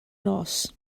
nos